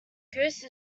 goose